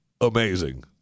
amazing